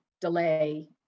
delay